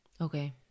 Okay